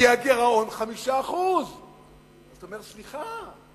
כי הגירעון 5%. אתה אומר, סליחה,